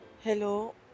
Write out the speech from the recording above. Hello